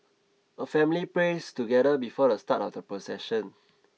a family prays together before the start of the procession